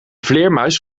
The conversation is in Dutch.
vleermuis